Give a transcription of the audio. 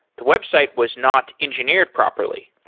the website was not engineered properly,